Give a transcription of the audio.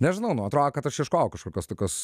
nežinau nu atrodo kad aš ieškojau kažkokios tokios